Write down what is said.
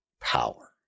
power